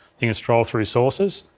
you can scroll through sources.